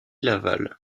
laval